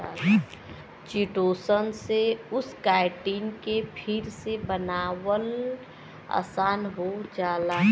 chitosan से उस chitin के फिर से बनावल आसान हो जाला